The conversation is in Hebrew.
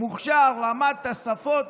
מוכשר, למדת שפות,